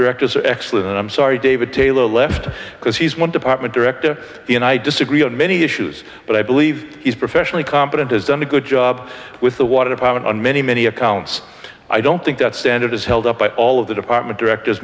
directors are excellent and i'm sorry david taylor left because he's one department director and i disagree on many issues but i believe he's professionally competent has done a good job with the water power and on many many accounts i don't think that standard is held up by all of the department direct